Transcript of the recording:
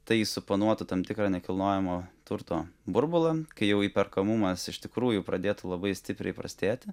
tai suponuotų tam tikrą nekilnojamo turto burbulą kai jau įperkamumas iš tikrųjų pradėtų labai stipriai prastėti